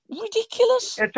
Ridiculous